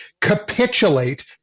capitulate